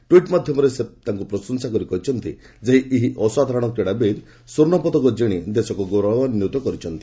tweet ମାଧ୍ୟମରେ ସେ ପ୍ରଶଂସା କରି କହିଛନ୍ତି ଏହି ଅସାଧାରଣ କ୍ରୀଡ଼ାବିତ୍ ସ୍ୱର୍ଷପଦକ କିତି ଦେଶକୁ ଗୌରବାନ୍ୱିତ କରିଛନ୍ତି